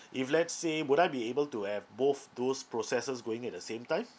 if let's say would I be able to have both those processes going at the same time